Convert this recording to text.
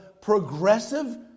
progressive